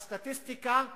הסטטיסטיקה,